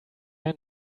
man